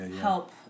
help